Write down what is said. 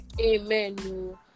Amen